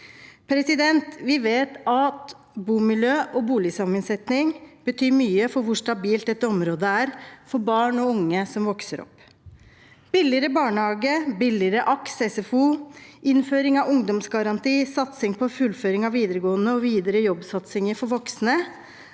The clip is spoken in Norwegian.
Vi vet at bomiljø og boligsammensetning betyr mye for hvor stabilt dette området er for barn og unge som vokser opp. Billigere barnehage, billigere AKS/SFO, innføring av ungdomsgaranti, satsing på fullføring av videregående og videre jobbsatsing for voksne